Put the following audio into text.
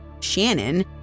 Shannon